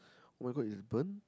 [oh]-my-god it's burnt